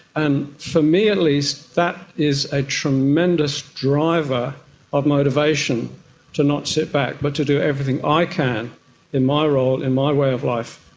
and for me at least that is a tremendous driver of motivation to not sit back but to do everything i can in my role, in my way of life,